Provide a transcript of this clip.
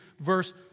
verse